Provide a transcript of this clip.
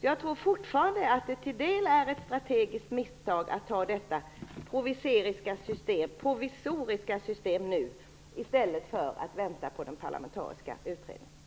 Jag tror fortfarande att det till del är ett strategiskt misstag att införa detta provisoriska system nu i stället för att vänta på den parlamentariska utredningen.